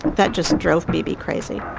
that just drove beebe crazy.